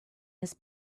his